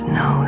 no